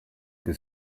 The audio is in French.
que